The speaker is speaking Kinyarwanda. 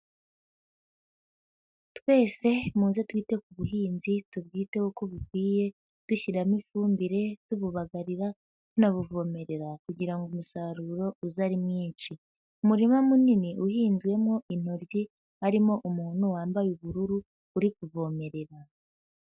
Twese muze twite ku buhinzi tubwiteho uko bukwiye, dushyiramo ifumbire, tububagarira, tunabuvomerera kugira ngo umusaruro uze ari mwinshi. Umurima munini uhinzwemo intoryi harimo umuntu wambaye ubururu uri kuvomerera.